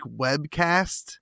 Webcast